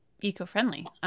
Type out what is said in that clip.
eco-friendly